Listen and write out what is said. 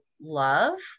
love